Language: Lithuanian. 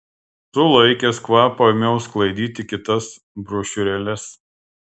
sulaikęs kvapą ėmiau sklaidyti kitas brošiūrėles